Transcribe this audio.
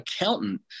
accountant